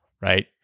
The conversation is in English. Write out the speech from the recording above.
right